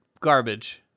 garbage